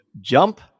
jump